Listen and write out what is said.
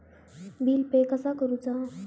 Bill pay कसा करुचा?